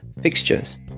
fixtures